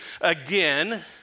again